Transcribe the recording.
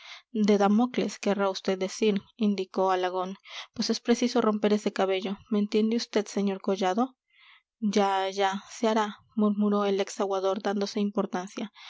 de damocles querrá vd decir indicó alagón pues es preciso romper ese cabello me entiende vd sr collado ya ya se hará murmuró el ex aguador dándose importancia